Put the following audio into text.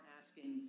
asking